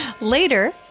Later